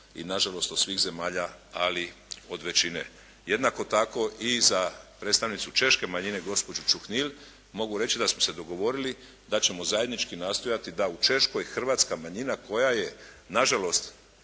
i nažalost od svih zemalja ali od većine. Jednako tako i za predstavnicu češke manjine gospođu Čuhnil mogu reći da smo se dogovorili da ćemo zajednički nastojati da u Češkoj hrvatska manjina koja je nažalost